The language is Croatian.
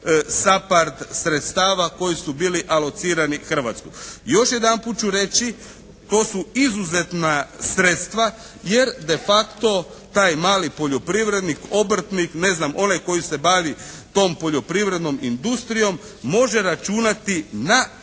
SAPARD sredstava koji su bili alocirani u Hrvatsku. Još jedanput ću reći, to su izuzetna sredstva jer de facto taj mali poljoprivrednik, obrtnik, ne znam onaj koji se bavi tom poljoprivrednom industrijom može računati na 50%